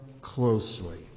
closely